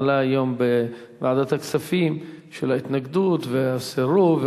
עלה היום בוועדת הכספים בשל ההתנגדות והסירוב.